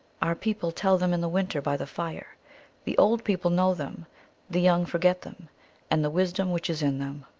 our people tell them in the winter by the fire the old people know them the young forget them and the wisdom which is in them.